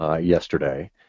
yesterday